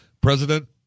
President